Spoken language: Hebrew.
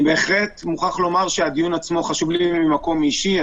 אני מוכרח לומר שהדיון עצמו חשוב לי ממקום אישי.